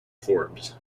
forbes